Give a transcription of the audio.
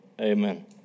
Amen